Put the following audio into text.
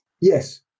Yes